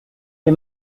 les